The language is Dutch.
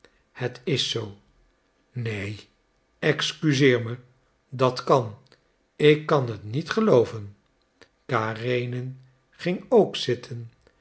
het is zoo neen excuseer me dat kan ik kan het niet gelooven karenin ging ook zitten